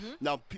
Now